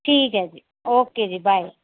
ਠੀਕ ਹੈ ਜੀ ਓਕੇ ਜੀ ਬਾਏ